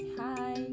hi